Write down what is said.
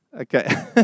Okay